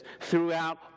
throughout